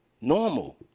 normal